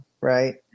right